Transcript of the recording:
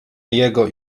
jego